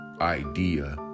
idea